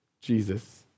Jesus